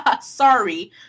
Sorry